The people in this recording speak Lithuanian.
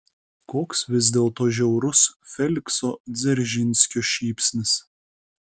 koks vis dėlto žiaurus felikso dzeržinskio šypsnys